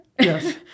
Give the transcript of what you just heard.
Yes